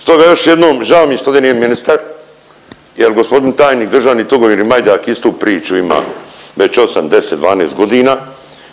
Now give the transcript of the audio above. Stoga još jednom, žao mi je što ovdje nije ministar jer gospodin tajnik državni Tugomir Majdak istu priču ima već 8, 10, 12 godina,